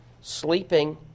sleeping